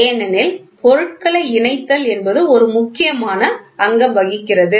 ஏனெனில் பொருட்களை இணைத்தல் என்பது ஒரு முக்கியமான அங்கம் வகிக்கிறது